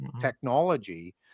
technology